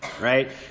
right